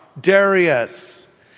Darius